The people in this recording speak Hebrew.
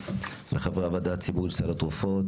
לחברי הוועדה הציבורית של סל התרופות